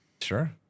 Sure